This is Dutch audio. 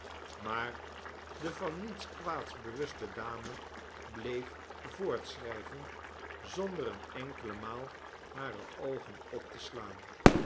maar de van niets kwaads bewuste dame bleef voortschrijven zonder eene enkele maal hare oogen op te slaan